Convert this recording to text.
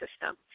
system